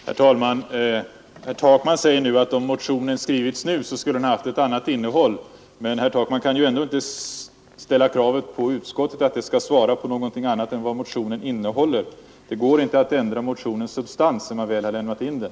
Herr talman! Herr Takman säger att om motionen skrivits nu skulle den haft ett annat innehåll. Men herr Takman kan väl ändå inte ställa kravet på utskottet att det skall svara på någonting annat än vad motionen innehåller. Det går inte att ändra motionens substans sedan man väl har lämnat in den.